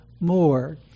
more